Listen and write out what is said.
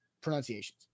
pronunciations